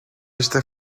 este